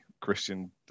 Christian